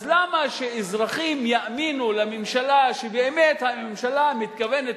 אז למה שהאזרחים יאמינו לממשלה שבאמת הממשלה מתכוונת